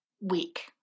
week